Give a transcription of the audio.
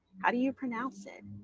how do you pronounce it?